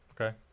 Okay